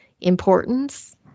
importance